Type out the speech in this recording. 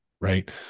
right